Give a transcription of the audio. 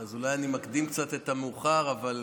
אז אולי אני מקדים קצת את המאוחר, אבל